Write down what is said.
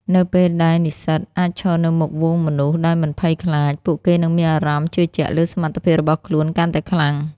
នៅពេលដែលនិស្សិតអាចឈរនៅមុខហ្វូងមនុស្សដោយមិនភ័យខ្លាច ពួកគេនឹងមានអារម្មណ៍ជឿជាក់លើសមត្ថភាពរបស់ខ្លួនកាន់តែខ្លាំង។